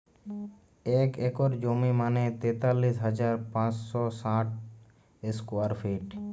এক একর জমি মানে তেতাল্লিশ হাজার পাঁচশ ষাট স্কোয়ার ফিট